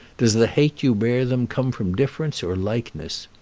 does the hate you bear them come from difference or likeness?